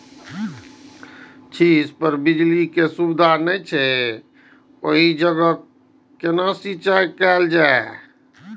छै इस पर बिजली के सुविधा नहिं छै ओहि जगह केना सिंचाई कायल जाय?